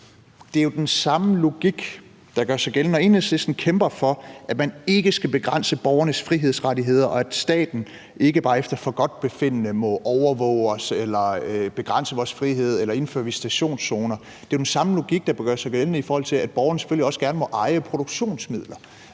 det er jo den samme logik, der gør sig gældende, når Enhedslisten kæmper for, at man ikke skal begrænse borgernes frihedsrettigheder, og at staten ikke bare efter forgodtbefindende må overvåge os eller begrænse vores frihed eller indføre visitationszoner. Det er jo den samme logik, der gør sig gældende, i forhold til at borgerne selvfølgelig også gerne må eje produktionsmidler.